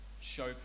show